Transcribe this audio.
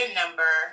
number